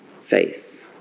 faith